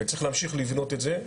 וצריך להמשיך לבנות את זה.